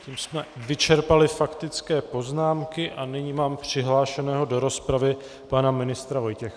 Tím jsme vyčerpali faktické poznámky a nyní mám přihlášeného do rozpravy pana ministra Vojtěcha.